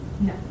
no